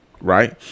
right